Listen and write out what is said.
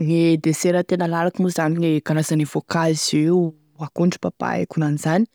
Gne desera tena lalako moa zany karazane voankazo io: akondro, papaye, akonan'izany,